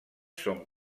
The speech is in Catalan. són